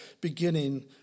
beginning